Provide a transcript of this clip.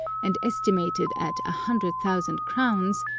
and estimated at a hundred thousand crowns,